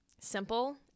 simple